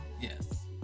Yes